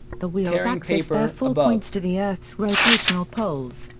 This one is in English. the wheel's axis therefore points to the earth's rotational poles,